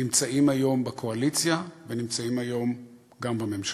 נמצאים היום בקואליציה ונמצאים היום גם בממשלה.